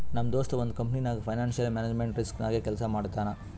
ನಮ್ ದೋಸ್ತ ಒಂದ್ ಕಂಪನಿನಾಗ್ ಫೈನಾನ್ಸಿಯಲ್ ಮ್ಯಾನೇಜ್ಮೆಂಟ್ ರಿಸ್ಕ್ ನಾಗೆ ಕೆಲ್ಸಾ ಮಾಡ್ತಾನ್